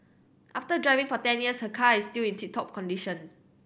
after driving for ten years her car is still in tip top condition